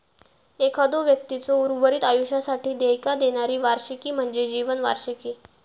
एखाद्यो व्यक्तीचा उर्वरित आयुष्यासाठी देयका देणारी वार्षिकी म्हणजे जीवन वार्षिकी